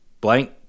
Blank